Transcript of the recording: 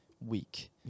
week